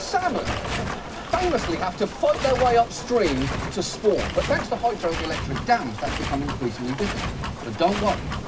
salmon famously have to fight their way upstream to spawn. but thanks to hydroelectric dams, that's become increasingly difficult. but don't worry.